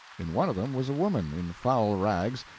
in one of them was a woman, in foul rags,